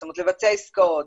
זאת אומרת, לבצע עסקאות.